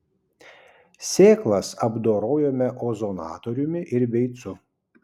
sėklas apdorojome ozonatoriumi ir beicu